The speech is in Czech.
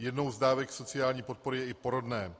Jednou z dávek sociální podpory je i porodné.